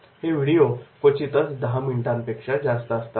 हे व्हिडिओ क्वचितच दहा मिनिटांपेक्षा जास्त असतात